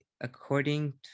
according